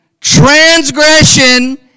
transgression